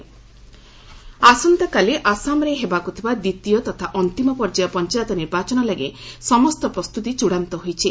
Assam panchayat poll ଆସନ୍ତାକାଲି ଆସାମରେ ହେବାକୁ ଥିବା ଦ୍ୱିତୀୟ ତଥା ଅନ୍ତିମ ପର୍ଯ୍ୟାୟ ପଞ୍ଚାୟତ ନିର୍ବାଚନ ଲାଗି ସମସ୍ତ ପ୍ରସ୍ତୁତି ଚୂଡ଼ାନ୍ତ ହୋଇଛି